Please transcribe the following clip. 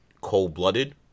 cold-blooded